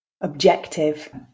objective